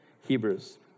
Hebrews